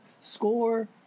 score